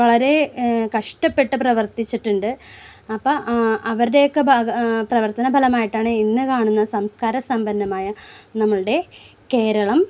വളരെ കഷ്ടപ്പെട്ട് പ്രവർത്തിച്ചിട്ടുണ്ട് അപ്പം അവരുടെയൊക്കെ പ്രവർത്തന ഫലമായിട്ടാണ് ഇന്ന് കാണുന്ന സംസ്കാര സമ്പന്നമായ നമ്മളുടെ കേരളം